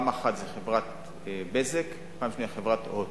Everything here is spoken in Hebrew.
אחת זו חברת "בזק", השנייה, חברת "הוט".